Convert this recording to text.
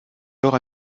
nord